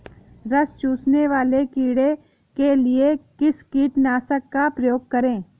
रस चूसने वाले कीड़े के लिए किस कीटनाशक का प्रयोग करें?